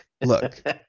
Look